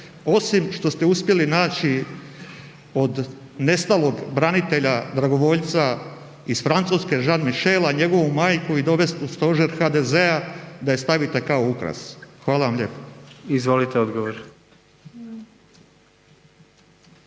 osim što ste uspjeli naći od nestalog branitelja dragovoljca iz Francuske Jean-Michela, njegovu majku i dovest u stožer HDZ-a da je stavite kao ukras. Hvala vam lijepo. **Jandroković,